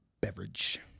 beverage